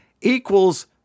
equals